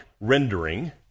rendering